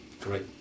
great